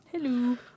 Hello